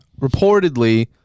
reportedly